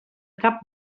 cap